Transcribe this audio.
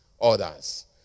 others